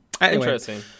Interesting